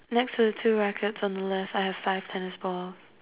next to the two rackets on the left I have five tennis balls